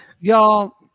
Y'all